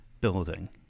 building